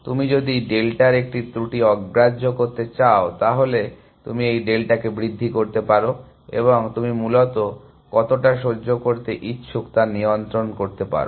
তুমি যদি ডেল্টার একটি ত্রুটি অগ্রাহ্য করতে চাও তাহলে আপনি এই ডেল্টাকে বৃদ্ধি করতে পারো এবং তুমি মূলত কতটা সহ্য করতে ইচ্ছুক তা নিয়ন্ত্রণ করতে পারো